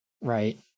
Right